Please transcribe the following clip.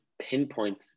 pinpoint